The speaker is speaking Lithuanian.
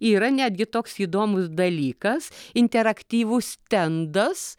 yra netgi toks įdomus dalykas interaktyvus stendas